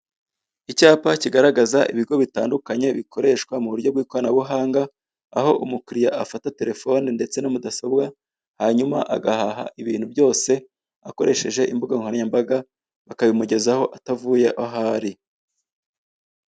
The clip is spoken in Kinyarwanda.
Icyapa kigaragaza ibigo bitandukanye bikoreshwa mu buryo bw'ikoranabuhanga aho umukiriya afata telefoni ndetse na mudasobwa hanyuma agahaha ibintu byose akoresheje imbuga nkoranyambaga, bakabimugezaho atavuye aho ari.